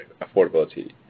affordability